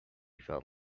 felt